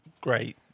Great